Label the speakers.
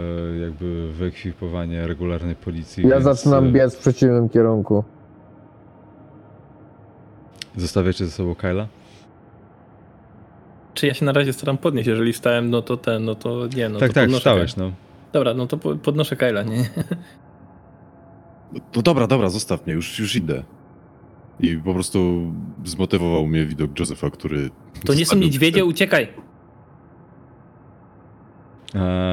Speaker 1: jakby wyekwipowanie regularnej policji,
Speaker 2: Ja
Speaker 1: więc,
Speaker 2: zaczynam
Speaker 1: e,
Speaker 2: biec w przeciwnym kierunku.
Speaker 1: Zostawiacie ze sobą Kyla?
Speaker 3: Czy ja się na razie staram podnieść? Jeżeli wstałem, no to ten, no to nie, no
Speaker 1: Tak,
Speaker 3: to
Speaker 1: tak,
Speaker 3: podnoszę Kyla.
Speaker 1: wstałeś, no.
Speaker 3: Dobra, no to po- podnoszę Kyla, nie?
Speaker 4: No to dobra, dobra, zostaw mnie, już- już idę. I po prostu zmotywował mnie widok Josefa, który
Speaker 3: To nie są
Speaker 4: wpadł
Speaker 3: niedźwiedzie,
Speaker 4: przed-
Speaker 3: uciekaj!
Speaker 1: E,